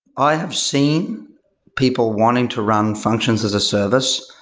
i have seen people wanting to run function as a service.